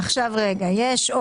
רוויזיה על